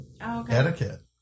etiquette